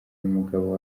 umugabo